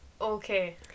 Okay